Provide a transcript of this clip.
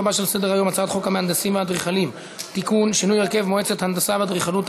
35 תומכים, אין מתנגדים, אין נמנעים.